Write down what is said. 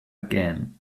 again